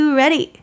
ready